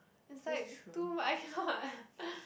it's like too mu~ I cannot